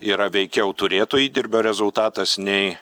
yra veikiau turėto įdirbio rezultatas nei